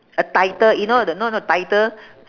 a title you know or not know not title